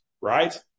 right